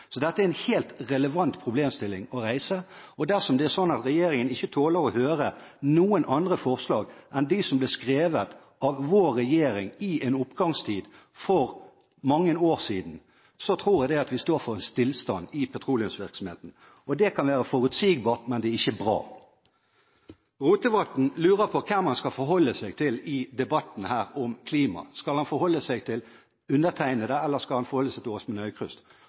Så dette er en helt relevant problemstilling å reise, og dersom det er sånn at regjeringen ikke tåler å høre noen andre forslag enn dem som ble skrevet av vår regjering i en oppgangstid for mange år siden, tror jeg vi står for en stillstand i petroleumsvirksomheten. Det kan være forutsigbart, men det er ikke bra. Representanten Rotevatn lurer på hvem han skal forholde seg til i debatten om klima. Skal han forholde seg til undertegnede, eller skal han forholde seg til representanten Åsmund Aukrust?